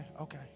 okay